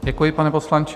Děkuji, pane poslanče.